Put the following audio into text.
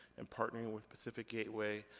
and partnering with pacific gateway.